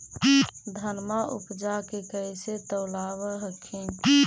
धनमा उपजाके कैसे तौलब हखिन?